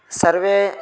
सर्वे